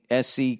SC